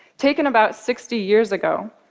taken about sixty years ago.